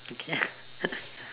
okay ya